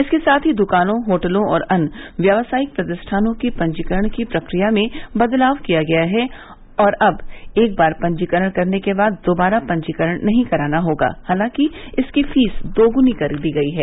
इसके साथ ही दुकानों होटलों और अन्य व्यवसायिक प्रतिष्ठानों की पंजीकरण की प्रक्रिया में बदलाव किया गया है और अब एक बार पंजीकरण करने के बाद दोबारा पंजीकरण नहीं करना होगा हालांकि इसकी फीस दोगुनी कर दी गई है